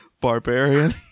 barbarian